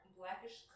blackish